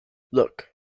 look